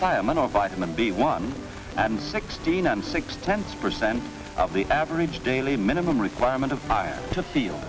firemen of vitamin b one and sixteen and six tenths percent of the average daily minimum requirement of prior to feel